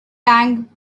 bang